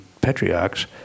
patriarchs